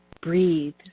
breathe